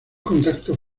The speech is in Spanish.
contactos